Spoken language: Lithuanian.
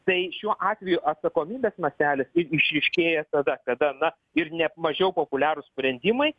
tai šiuo atveju atsakomybės mastelis ir išryškėja tada kada na ir ne mažiau populiarūs sprendimai